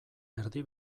erdi